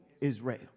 Israel